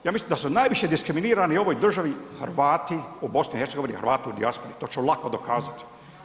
Ja mislim da su najviše diskriminirani u ovoj državi Hrvati u BiH, Hrvati u dijaspori, to ću lako dokazati.